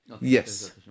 Yes